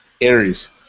Aries